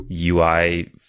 ui